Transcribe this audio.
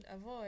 avoid